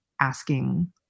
asking